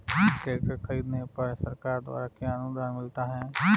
Tractor खरीदने पर सरकार द्वारा क्या अनुदान मिलता है?